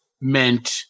meant